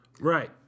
Right